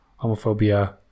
homophobia